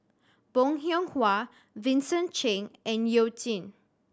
Bong Hiong Hwa Vincent Cheng and You Jin